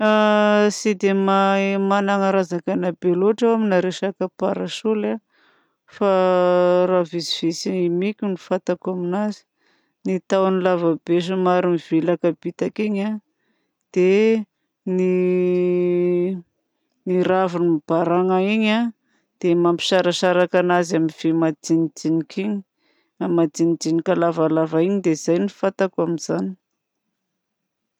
Tsy dia mahay magnana raha zakaina be loatra aho amina resaka parasoly fa raha vitsivitsy miky no fantako amignazy ny tahony lavabe somary mivilaka bitaka igny dia ny raviny mibaràgna iny mampisarasaraka anazy amin'ny vy madinidika igny madinidinika lavalava igny. Dia izay no fantako amin'izany.